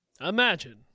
Imagine